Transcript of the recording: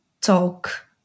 talk